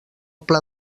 pla